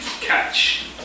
catch